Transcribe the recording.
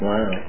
Wow